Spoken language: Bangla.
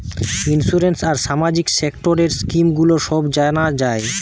ইন্সুরেন্স আর সামাজিক সেক্টরের স্কিম গুলো সব জানা যায়